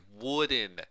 wooden